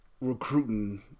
recruiting